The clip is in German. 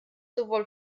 sowohl